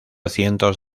cientos